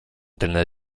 tylne